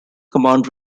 command